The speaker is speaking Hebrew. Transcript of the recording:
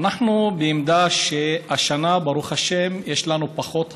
אנחנו בעמדה שהשנה, ברוך השם, יש לנו פחות הרוגים,